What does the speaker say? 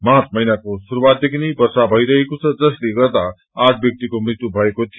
March महिनाको शुरूआत देखि नै वष्प भइरहेको छ जसले गर्दा आठ व्याक्तिको मृत्यु भएको थियो